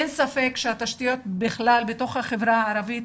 אין ספק שהתשתיות בכלל בתוך החברה הערבית,